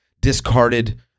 discarded